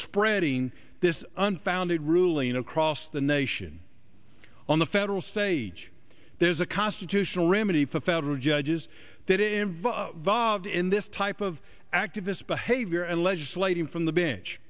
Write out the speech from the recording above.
spreading this unfounded ruling across the nation on the federal stage there's a constitutional remedy for federal judges that involve volved in this type of activists behavior and legislating from the bench